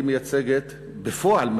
היא מייצגת בפועל,